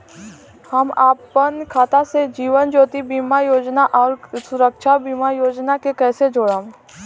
हम अपना खाता से जीवन ज्योति बीमा योजना आउर सुरक्षा बीमा योजना के कैसे जोड़म?